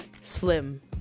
slim